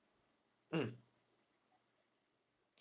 mm